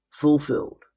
Fulfilled